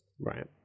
Right